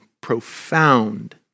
profound